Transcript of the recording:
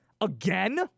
again